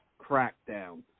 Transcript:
crackdown